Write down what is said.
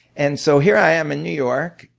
and so here i am in new york,